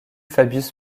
fabius